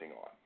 on